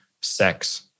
sex